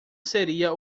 seria